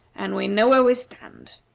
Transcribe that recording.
and we know where we stand.